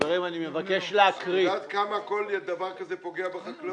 יודעת כמה כל דבר הזה פוגע בחקלאות?